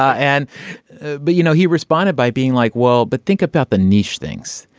and but you know he responded by being like well but think about the niche things.